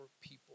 people